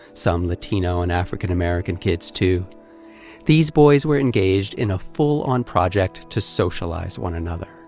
some latino and african american kids, too these boys were engaged in a full-on project to socialize one another.